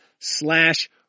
slash